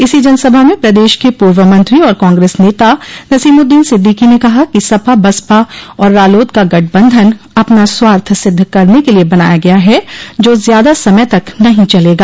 इसी जनसभा में प्रदेश के पूर्व मंत्री और कांग्रेस नेता नसीमुद्दीन सिद्दीकी ने कहा कि सपा बसपा और रालोद का गठबंधन अपना स्वार्थ सिद्ध करने के लिये बनाया गया है जो ज्यादा समय तक नहीं चलेगा